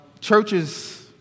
churches